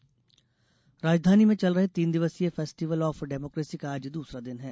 festival of democracy राजधानी में चल रहे तीन दिवसीय फेस्टिवल ऑफ डेमोक्रेसी का आज दूसरा दिन है